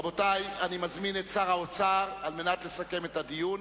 רבותי, אני מזמין את שר האוצר לסכם את הדיון,